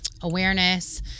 awareness